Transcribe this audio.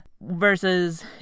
Versus